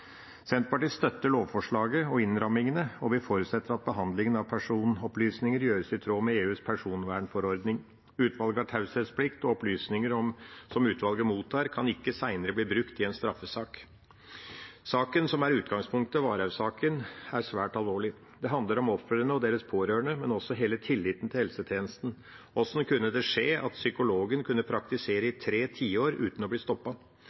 Senterpartiet støtter lovforslaget og innrammingene, og vi forutsetter at behandlingen av personopplysninger gjøres i tråd med EUs personvernforordning. Utvalget har taushetsplikt, og opplysninger som utvalget mottar, kan ikke senere bli brukt i en straffesak. Saken som er utgangspunktet, Varhaug-saken, er svært alvorlig. Det handler om ofrene og deres pårørende, men også om hele tilliten til helsetjenesten. Hvordan kunne det skje at psykologen kunne praktisere i tre tiår uten å bli